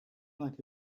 like